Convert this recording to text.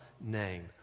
name